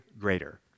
greater